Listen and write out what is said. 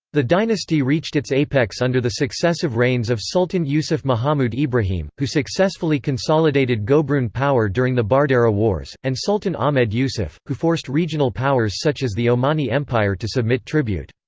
the dynasty reached its apex under the successive reigns of sultan yusuf mahamud ibrahim, who successfully consolidated gobroon power during the bardera wars, and sultan ahmed yusuf, who forced regional powers such as the omani empire to submit tribute.